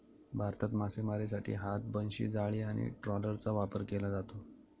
भारतात मासेमारीसाठी हात, बनशी, जाळी आणि ट्रॉलरचा वापर केला जातो